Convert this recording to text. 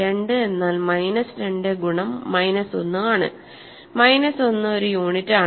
2 എന്നാൽ മൈനസ് 2 ഗുണം മൈനസ് 1ആണ് മൈനസ് 1 ഒരു യൂണിറ്റ് ആണ്